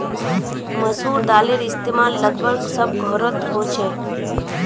मसूर दालेर इस्तेमाल लगभग सब घोरोत होछे